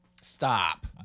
Stop